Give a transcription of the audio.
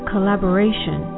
collaboration